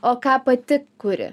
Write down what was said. o ką pati kuri